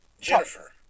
Jennifer